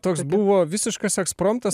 toks buvo visiškas ekspromtas